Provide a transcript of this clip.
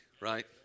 right